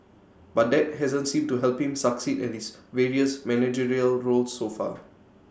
but that hasn't seemed to help him succeed at his various managerial roles so far